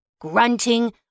grunting